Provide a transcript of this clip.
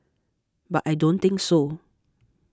but I don't think so